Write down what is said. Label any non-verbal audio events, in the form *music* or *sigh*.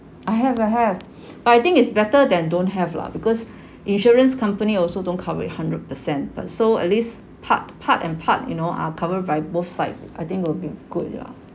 I have I have *breath* but I think it's better than don't have lah because insurance company also don't cover it hundred percent but so at least part part and part you know are covered by both side I think will be good ya